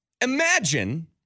Imagine